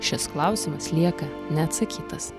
šis klausimas lieka neatsakytas